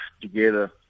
together